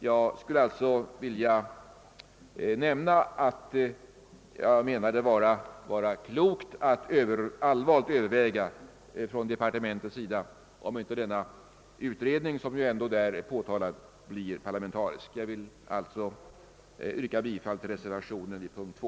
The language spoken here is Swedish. Jag menar det vara klokt att i departementet överväga om inte denna utredning, som ju varit på tal där, bör bli parlamentarisk. Jag vill alltså yrka bifall till reservationen A vid punkten 2.